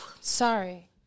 Sorry